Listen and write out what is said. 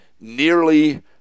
nearly